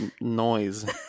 noise